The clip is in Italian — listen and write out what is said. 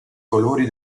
colori